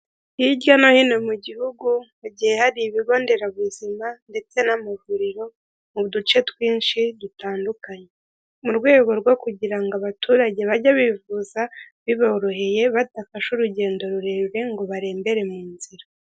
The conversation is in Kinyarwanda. Hirya no hino mu gihugu hagiye hari ibigonderabuzima ndetse n'amavuriro mu duce twinshi dutandukanye, mu rwego rwo kugira ngo abaturage bajye bivuza biboroheye badafashe urugendo rurerure ngo barembere mu nzira.